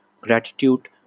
gratitude